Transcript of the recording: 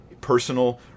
personal